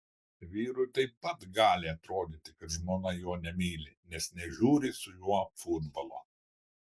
vyrui taip pat gali atrodyti kad žmona jo nemyli nes nežiūri su juo futbolo